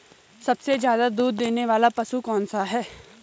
सबसे ज़्यादा दूध देने वाला पशु कौन सा है?